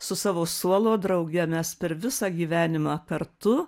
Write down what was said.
su savo suolo drauge mes per visą gyvenimą kartu